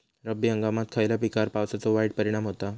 रब्बी हंगामात खयल्या पिकार पावसाचो वाईट परिणाम होता?